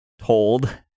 told